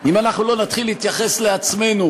אם אנחנו לא נתחיל להתייחס לעצמנו